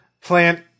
plant